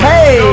Hey